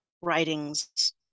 writings